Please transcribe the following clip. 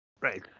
Right